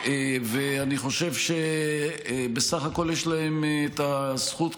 ואני חושב שבסך הכול יש להם את הזכות,